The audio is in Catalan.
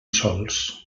sols